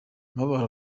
umubabaro